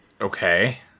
Okay